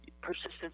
persistence